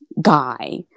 guy